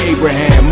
Abraham